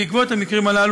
בעקבות המקרים הללו,